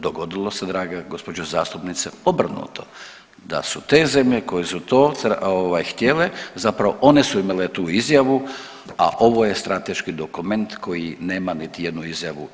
Dogodilo se draga gospođo zastupnice obrnuto, da su te zemlje koje su to ovaj htjele zapravo one su imale tu izjavu, a ovo je strateški dokument koji nema niti jednu izjavu.